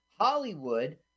Hollywood